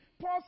Paul